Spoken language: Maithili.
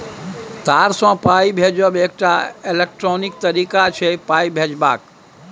तार सँ पाइ भेजब एकटा इलेक्ट्रॉनिक तरीका छै पाइ भेजबाक